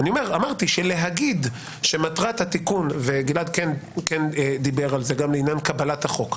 אמרתי שלהגיד שמטרת התיקון גלעד כן דיבר על זה גם לעניין קבלת החוק.